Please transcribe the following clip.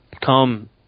come